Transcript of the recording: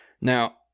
Now